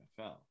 NFL